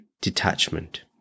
detachment